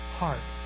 heart